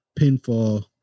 pinfall